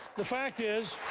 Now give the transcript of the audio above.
the fact is